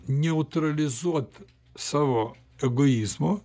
neutralizuot savo egoizmo